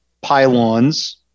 pylons